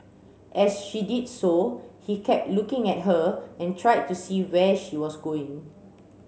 as she did so he kept looking at her and tried to see where she was going